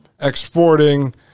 exporting